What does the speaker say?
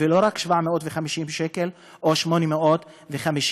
ולא רק 750 שקל או 850 שקל.